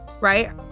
Right